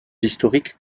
historiques